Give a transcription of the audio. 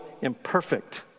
imperfect